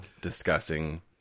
discussing